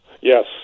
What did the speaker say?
Yes